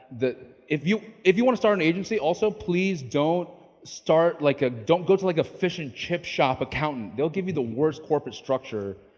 that if you if you want to start an agency, also please don't start, like ah don't go to like a fish and chip shop accountant. they'll give you the worst corporate structure.